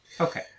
Okay